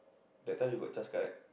that time you got C_H_A_S card